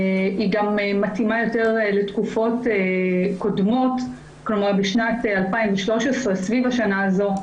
היא גם מתאימה יותר לתקופות קודמות סביב 2012,